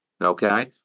okay